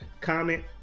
comment